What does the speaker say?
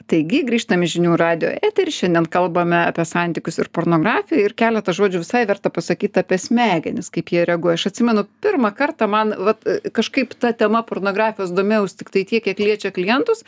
taigi grįžtam į žinių radijo eterį šiandien kalbame apie santykius ir pornografi ir keletą žodžių visai verta pasakyt apie smegenis kaip jie reaguoja aš atsimenu pirmą kartą man vat kažkaip ta tema pornografijos domėjaus tiktai tiek kiek liečia klientus